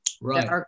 Right